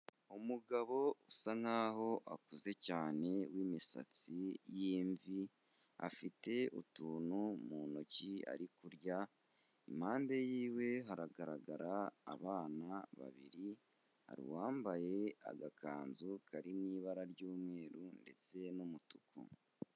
Umugabo usa nkaho akuze cyane w'imisatsi y'imvi afite utuntu mu ntoki ari kurya, impande yiwe haragaragara abana babiri hari uwambaye agakanzu kari mu ibara ry'umweru ndetse n'umutuku.